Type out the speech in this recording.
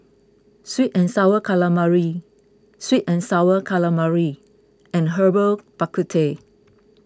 Sweet and Sour Calamari Sweet and Sour Calamari and Herbal Bak Ku Teh